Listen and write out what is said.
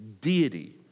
deity